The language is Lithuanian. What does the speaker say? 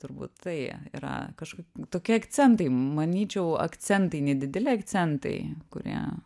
turbūt tai yra kažkur tokie akcentai manyčiau akcentai nedideli akcentai kurie